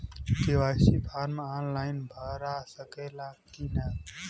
KYC form online भरा सकला की ना?